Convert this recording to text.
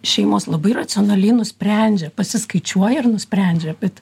šeimos labai racionaliai nusprendžia pasiskaičiuoja ir nusprendžia bet